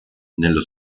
nello